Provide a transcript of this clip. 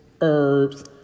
herbs